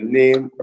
name